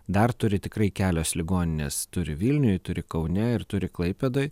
dar turi tikrai kelios ligoninės turi vilniuj turi kaune ir turi klaipėdoj